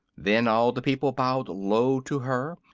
then all the people bowed low to her,